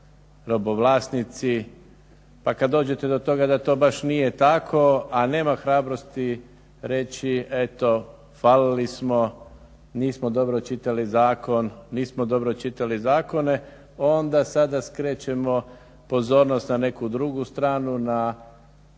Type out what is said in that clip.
robovlasnici, pa kada dođete do toga da to baš nije tako, a nema hrabrosti reći eto falili smo, nismo dobro čitali zakon, nismo dobro čitali zakona onda sada skrećemo pozornost na neku drugu stranu, na